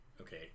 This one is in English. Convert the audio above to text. okay